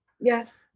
Yes